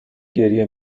گریه